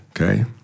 Okay